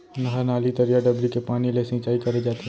नहर, नाली, तरिया, डबरी के पानी ले सिंचाई करे जाथे